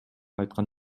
айткан